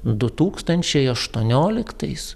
du tūkstančiai aštuonioliktais